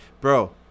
bro